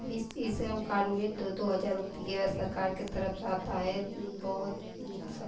इस इस वो कार्य में दो दो हज़ार रुपया सरकार की तरफ से आता है बहुत सब